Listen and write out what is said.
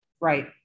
Right